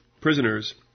prisoners